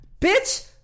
bitch